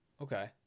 okay